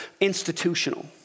institutional